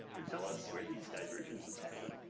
and tell us where these divergences happen.